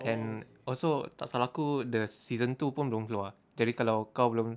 and also tak salah aku the season two pun belum keluar kalau kau belum